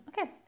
Okay